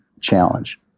challenge